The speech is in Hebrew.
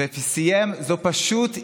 וסיים: "זו פשוט איוולת".